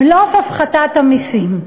בלוף הפחתת המסים.